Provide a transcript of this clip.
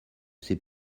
sait